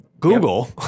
Google